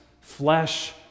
flesh